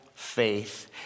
Faith